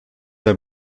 pas